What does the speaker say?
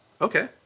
okay